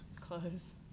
Clothes